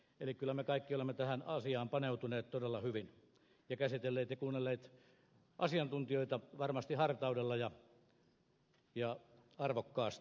eli kyllä me kaikki olemme tähän asiaan paneutuneet todella hyvin ja käsitelleet sitä ja kuunnelleet asiantuntijoita varmasti hartaudella ja arvokkaasti